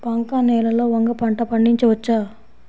బంక నేలలో వంగ పంట పండించవచ్చా?